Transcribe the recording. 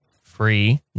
free